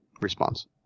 response